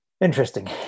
Interesting